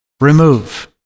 Remove